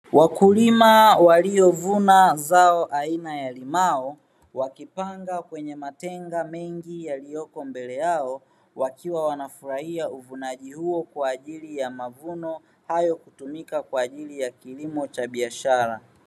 Wakulima waliovuna zao aina ya limao, wakipanga kwenye matenga mengi yaliyopo mbele yao; wakiwa wanafurahia uvunaji huo kwa ajili ya mavuno hayo kutumika kwa ajili ya biashara.